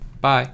Bye